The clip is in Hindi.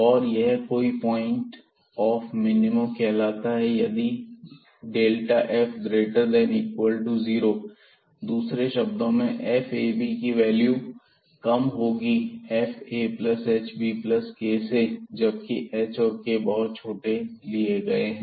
और यह कोई पॉइंट ऑफ मिनिमम कहलाता है यदि f greater than equal to 0 दूसरे शब्दों में fab की वैल्यू कम होगी fahbk से जबकि h और k बहुत छोटे लिए गए हैं